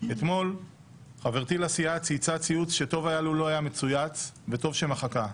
אתמול חברתי לסיעה צייצה ציוץ שטוב היה לו לא היה מצויץ וטוב שמחקה.